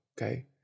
Okay